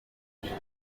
benshi